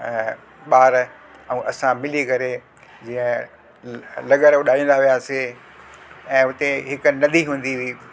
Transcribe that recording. ऐं ॿार ऐं असां मिली करे जीअं लगर उॾाईंदा हुआसीं ऐं हुते हिक नदी हूंदी हुई